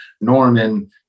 Norman